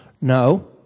No